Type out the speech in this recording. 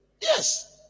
yes